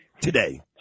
today